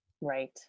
right